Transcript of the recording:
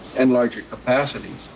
and larger capacities.